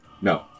No